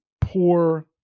poor